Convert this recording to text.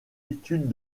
études